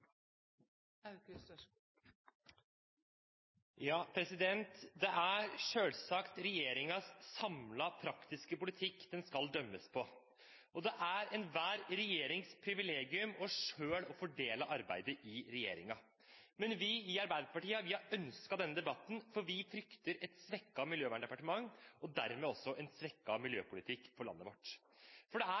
Det er selvsagt regjeringens samlede praktiske politikk den skal dømmes på, og det er enhver regjerings privilegium selv å fordele arbeidet i regjeringen. Men vi i Arbeiderpartiet har ønsket denne debatten, for vi frykter et svekket miljødepartement og dermed også en svekket miljøpolitikk for landet vårt. Det er